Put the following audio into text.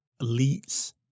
elites